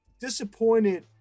disappointed